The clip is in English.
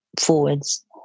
forwards